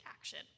action